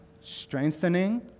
strengthening